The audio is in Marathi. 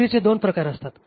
विक्रीचे 2 प्रकार असतात